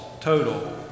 total